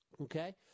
Okay